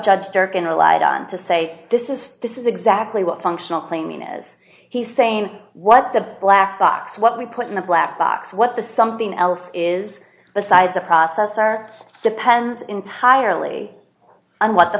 judge durkin relied on to say this is this is exactly what functional claiming is he's saying what the black box what we put in a black box what the something else is the size of processor depends entirely on what the